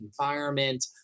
environment